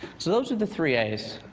so those are the three a's.